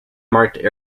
marked